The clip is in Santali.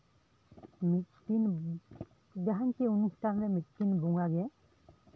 ᱢᱤᱫᱴᱤᱱ ᱡᱟᱦᱟᱱ ᱪᱮᱜ ᱚᱱᱩᱥᱴᱷᱟᱱ ᱨᱮ ᱢᱤᱫᱴᱤᱱ ᱵᱚᱸᱜᱟ ᱜᱮ